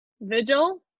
Vigil